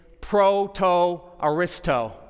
proto-aristo